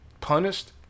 punished